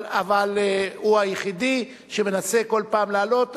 אבל הוא היחיד שמנסה בכל פעם להעלות,